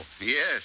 Yes